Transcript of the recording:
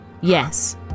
Yes